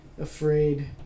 afraid